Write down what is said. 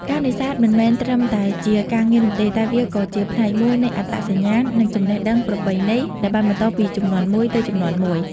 ការនេសាទមិនមែនត្រឹមតែជាការងារនោះទេ តែវាក៏ជាផ្នែកមួយនៃអត្តសញ្ញាណ និងចំណេះដឹងប្រពៃណីដែលបានបន្តពីជំនាន់មួយទៅជំនាន់មួយ។